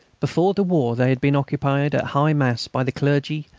before the war they had been occupied, at high mass, by the clergy,